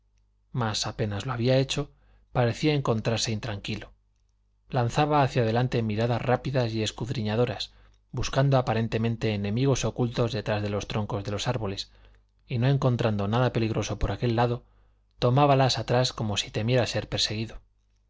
mas apenas lo había hecho parecía encontrarse intranquilo lanzaba hacia adelante miradas rápidas y escudriñadoras buscando aparentemente enemigos ocultos detrás de los troncos de los árboles y no encontrando nada peligroso por aquel lado tornábalas atrás como si temiera ser perseguido